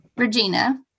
Regina